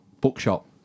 Bookshop